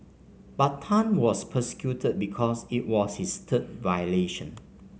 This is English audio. but Tan was prosecuted because it was his third violation